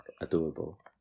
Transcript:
Adorable